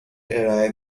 ارائه